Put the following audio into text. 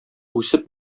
үсеп